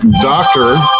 doctor